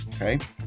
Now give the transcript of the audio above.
okay